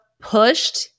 pushed